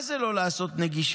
מה זה לא לעשות נגישות?